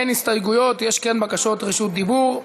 אין הסתייגויות, יש בקשות רשות דיבור.